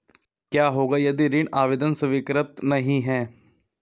क्या होगा यदि ऋण आवेदन स्वीकृत नहीं है?